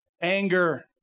anger